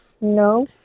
No